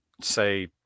say